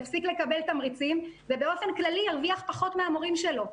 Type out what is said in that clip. יפסיק לקבל תמריצים ובאופן כללי ירוויח פחות מהמורים שלו.